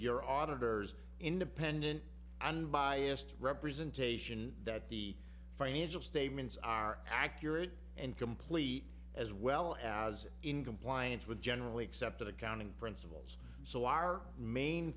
your auditors independent unbiased representation that the financial statements are accurate and complete as well as in compliance with generally accepted accounting principles so our main